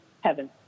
heaven